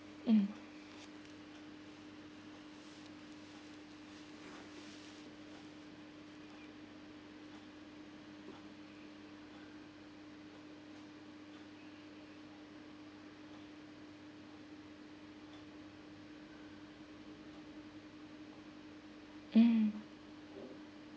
mm mm